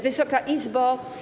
Wysoka Izbo!